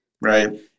Right